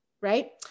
right